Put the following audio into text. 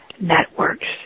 networks